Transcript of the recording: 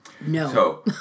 No